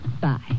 Bye